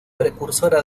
precursora